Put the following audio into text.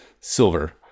silver